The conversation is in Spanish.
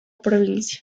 provincia